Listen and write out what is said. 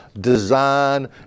design